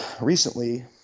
recently